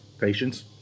Patience